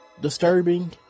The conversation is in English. disturbing